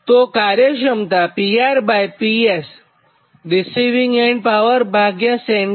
તો કાર્યક્ષમતા PRPS 89